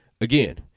Again